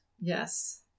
Yes